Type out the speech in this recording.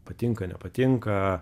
patinka nepatinka